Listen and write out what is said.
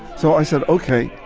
so i said, ok,